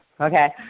Okay